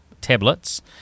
tablets